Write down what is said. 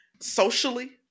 socially